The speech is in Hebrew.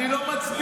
אני לא מצביע.